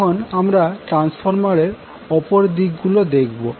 এখন আমরা ট্রান্সফরমার এর অপর দিকগুলো দেখবো